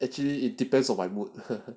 actually it depends on my mood